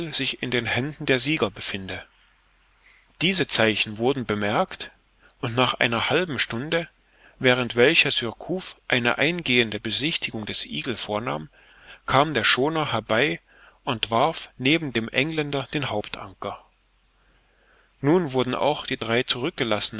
sich in den händen der sieger befinde diese zeichen wurden bemerkt und nach einer halben stunde während welcher surcouf eine eingehende besichtigung des eagle vornahm kam der schooner herbei und warf neben dem engländer den hauptanker nun wurden auch die drei zurückgelassenen